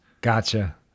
Gotcha